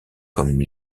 comme